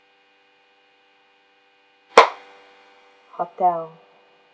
hotel